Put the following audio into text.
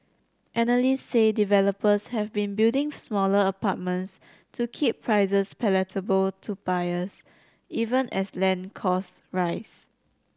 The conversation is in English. analysts say developers have been building smaller apartments to keep prices palatable to buyers even as land costs rise